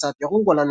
הוצאת ירון גולן,